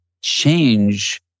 change